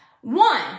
One